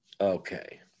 Okay